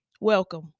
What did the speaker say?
Welcome